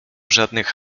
żadnych